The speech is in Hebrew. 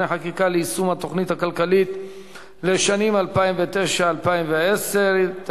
חקיקה ליישום התוכנית הכלכלית לשנים 2009 ו-2010) (תיקון מס' 8),